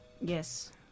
Yes